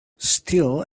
still